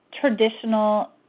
traditional